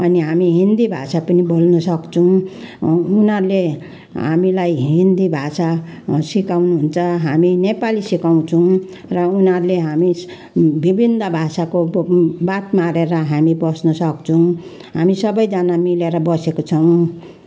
अनि हामी हिन्दी भाषा पनि बोल्नसक्छौँ उनीहरूले हामीलाई हिन्दी भाषा सिकाउनुहुन्छ हामी नेपाली सिकाउँछौँ र उनीहरूले हामी विभिन्न भाषाको बात मारेर हामी बस्नसक्छौँ हामी सबैजना मिलेर बसेको छौँ